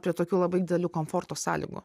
prie tokių labai didelių komforto sąlygų